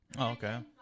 Okay